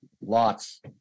Lots